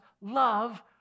love